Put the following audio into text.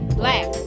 black